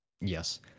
Yes